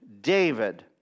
David